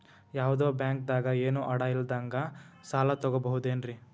ಯಾವ್ದೋ ಬ್ಯಾಂಕ್ ದಾಗ ಏನು ಅಡ ಇಲ್ಲದಂಗ ಸಾಲ ತಗೋಬಹುದೇನ್ರಿ?